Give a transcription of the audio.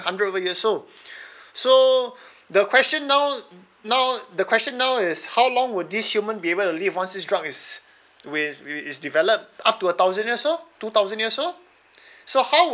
hundred over years old so the question now now the question now is how long would this human be able to live once this drug is with is is developed up to a thousand years old two thousand years old so how